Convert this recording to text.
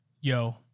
Yo